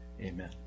Amen